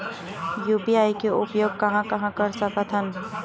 UPI के उपयोग कहां कहा कर सकत हन?